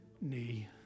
knee